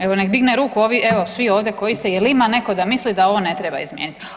Evo nek digne ruku, evo svi ovdje koji ste, jel ima netko da mislim da ovo ne treba izmijeniti.